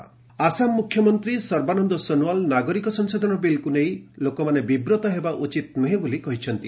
Assam CM Assam ମୁଖ୍ୟମନ୍ତ୍ରୀ ସର୍ବାନନ୍ଦ ସୋନୱାଲ୍ ନାଗରିକ ସଂଶୋଧନ ବିଲ୍କୁ ନେଇ ଲୋକମାନେ ବିବ୍ରତ ହେବା ଉଚିତ୍ ନୁହଁ ବୋଲି କହିଛନ୍ତି